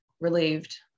relieved